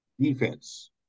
Defense